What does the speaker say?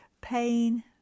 pain